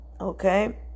Okay